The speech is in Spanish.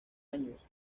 años